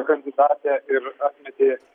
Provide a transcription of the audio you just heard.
kandidatę ir atmetė